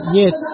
yes